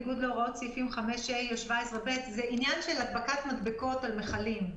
בניגוד להוראות סעיף 19(א)(1) לצו המחסנים,